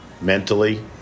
mentally